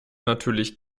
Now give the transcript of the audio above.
natürlich